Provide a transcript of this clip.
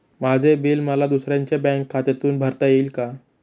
माझे बिल मला दुसऱ्यांच्या बँक खात्यातून भरता येईल का?